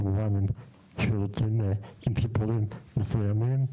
כמובן עם שיפורים מסוימים.